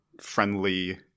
friendly